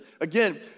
Again